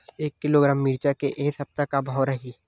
एक किलोग्राम मिरचा के ए सप्ता का भाव रहि?